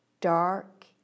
Dark